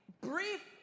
brief